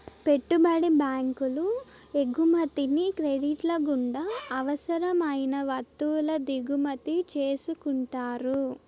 పెట్టుబడి బ్యాంకులు ఎగుమతిని క్రెడిట్ల గుండా అవసరం అయిన వత్తువుల దిగుమతి చేసుకుంటారు